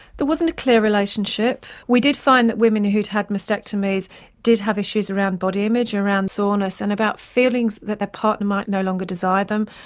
there wasn't a clear relationship. we did find that women who'd had mastectomies did have issues around body image, around soreness and about feelings that their partner may no longer desire them.